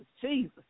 Jesus